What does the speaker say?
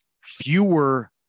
fewer